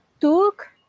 took